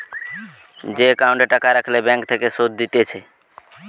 যে একাউন্টে টাকা রাখলে ব্যাঙ্ক থেকে সুধ দিতেছে